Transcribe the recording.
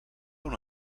una